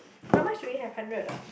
how much do we have hundred ah